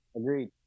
Agreed